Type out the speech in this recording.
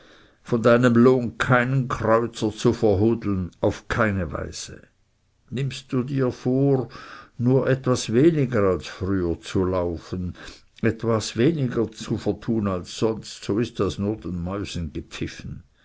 von deinem lohn keinen kreuzer zu verhudeln auf keine weise nimmst du dir vor nur etwas weniger als früher zu laufen etwas weniger zu vertun als sonst so ist das nur den mäusen gepfiffen